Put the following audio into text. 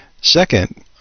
Second